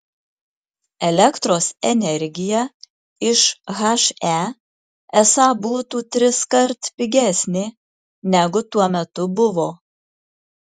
elektros energija iš he esą būtų triskart pigesnė negu tuo metu buvo